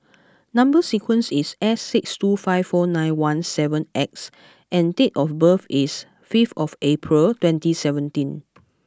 number sequence is S six two five four nine one seven X and date of birth is fifth of April twenty seventeen